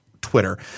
Twitter